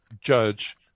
judge